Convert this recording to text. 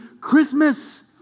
Christmas